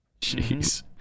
Jeez